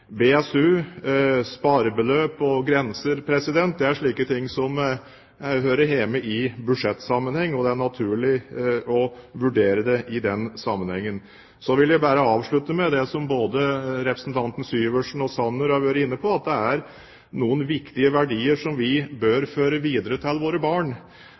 BSU, sparebeløp og grenser er slike ting som hører hjemme i budsjettsammenheng, og det er naturlig å vurdere det i den sammenhengen. Så vil jeg bare avslutte med det som både representanten Syversen og representanten Sanner har vært inne på, at det er noen viktige verdier som vi bør føre videre til våre barn.